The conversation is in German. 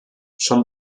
schon